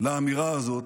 לאמירה הזאת.